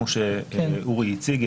כמו שאורי הציג,